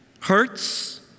hurts